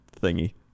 thingy